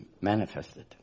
manifested